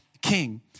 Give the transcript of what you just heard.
king